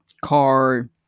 car